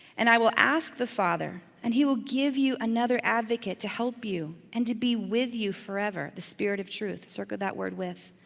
and i will ask the father and he will give you another advocate to help you and to be with you forever, the spirit of truth. circle that word, with.